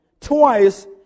twice